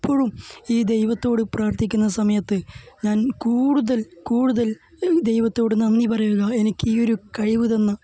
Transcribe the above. എപ്പോഴും ഈ ദൈവത്തോട് പ്രാര്ത്ഥിക്കുന്ന സമയത്ത് ഞാന് കൂടുതല് കൂടുതല് ഈ ദൈവത്തോട് നന്ദി പറയുന്നു എനിക്ക് ഈയൊരു കഴിവ് തന്ന